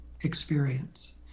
experience